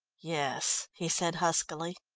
yes, he said huskily.